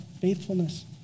faithfulness